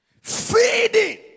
feeding